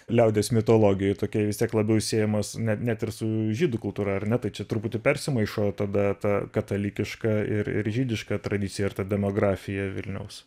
liaudies mitologijoj tokia vis tiek labiau siejamas ne net ir su žydų kultūra ar ne tai čia truputį persimaišo tada ta katalikiška ir ir žydiška tradicija ir ta demografija vilniaus